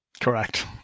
Correct